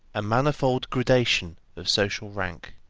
a manifold gradation of social rank.